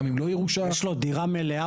גם אם לא ירושה --- יש לו דירה מלאה,